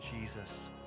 Jesus